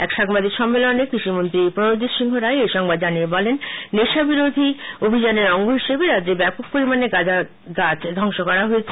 এক সাংবাদিক সম্মেলনে কৃষিমন্ত্রী প্রনজিৎ সিংহ রায় এই সংবাদ জানিয়ে বলেন নেশাবিরোধী অভিযানের অঙ্গ হিসেবে রাজ্যে ব্যাপক পরিমানে গাঁজা গাছ ধ্বংস করা হয়েছে